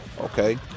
Okay